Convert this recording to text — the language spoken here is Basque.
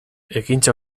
ekintza